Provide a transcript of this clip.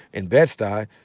in bed-stuy,